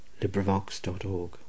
LibriVox.org